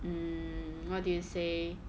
mm what do you say